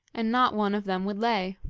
and not one of them would lay